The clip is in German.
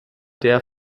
der